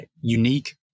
unique